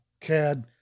CAD